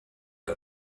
que